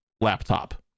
laptop